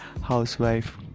housewife